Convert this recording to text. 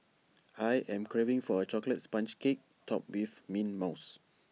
I am craving for A Chocolate Sponge Cake Topped with Mint Mousse